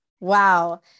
Wow